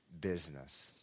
business